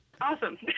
Awesome